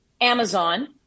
Amazon